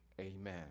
Amen